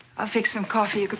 i'll fix some coffee.